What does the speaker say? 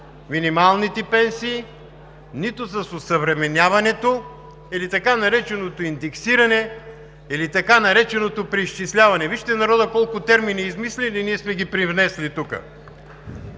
минималните пенсии, нито с осъвременяването или така нереченото индексиране, или така нареченото преизчисляване. Вижте народът колко термини е измислил и ние сме ги привнесли тук.